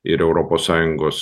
ir europos sąjungos